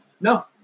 No